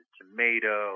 tomato